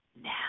now